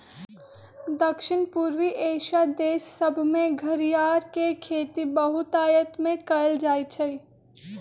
दक्षिण पूर्वी एशिया देश सभमें घरियार के खेती बहुतायत में कएल जाइ छइ